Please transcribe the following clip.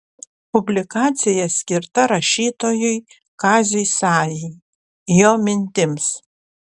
publikacija skirta rašytojui kaziui sajai jo mintims